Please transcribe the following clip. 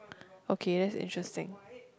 okay that's interesting